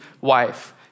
wife